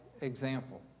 example